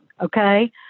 Okay